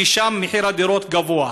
כי שם מחיר הדירות גבוה.